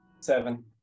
Seven